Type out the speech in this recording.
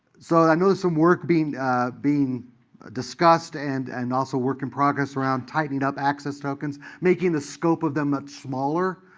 so i know there's some work being being discussed, and and also work in progress around tightened-up access tokens, making the scope of them much smaller,